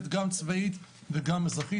צבאית וגם אזרחית,